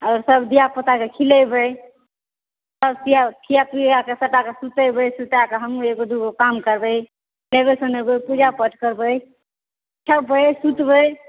आओर सभ धिआ पुताके खिलेबै सभकेँ खिआ पिआकऽ सभटाके सुतेबै सुताकऽ हमहुँ एगो दुगो काम करबै नहेबै सुनेबै पूजा पाठ करबै खेबै सुतबै